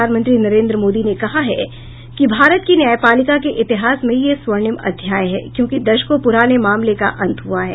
प्रधानमंत्री नरेन्द्र मोदी ने कहा है कि भारत की न्यायपालिका के इतिहास में यह स्वर्णिम अध्याय है क्योंकि दशकों प्राने मामले का अंत हुआ है